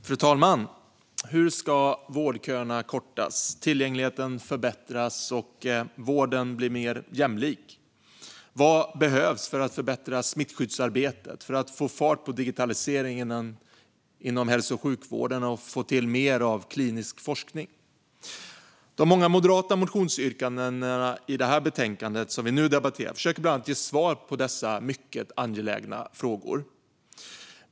Fru talman! Hur ska vårdköerna kortas, tillgängligheten förbättras och vården bli mer jämlik? Vad behövs för att förbättra smittskyddsarbetet, för att få fart på digitaliseringen inom hälso och sjukvården och för att få till mer klinisk forskning? De många moderata motionsyrkandena i det betänkande som vi nu debatterar försöker bland annat ge svar på dessa mycket angelägna frågor.